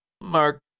Mark